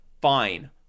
fine